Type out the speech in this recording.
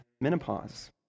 menopause